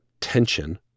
tension